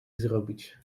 zrobić